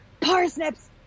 parsnips